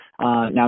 now